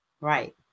Right